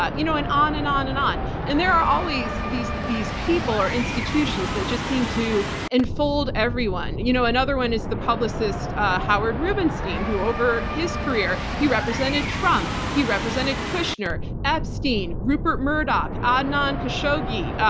ah you know and on and on and on. there are always these these people or institutions that just seem to enfold everyone. you know another one is the publicist howard rubenstein, who over his career, he represented trump, he represented kushner, epstein, rupert murdoch, adnan khashoggi,